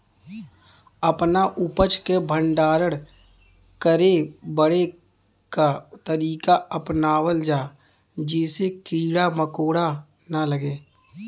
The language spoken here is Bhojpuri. अपना उपज क भंडारन करे बदे का तरीका अपनावल जा जेसे कीड़ा मकोड़ा न लगें?